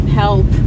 help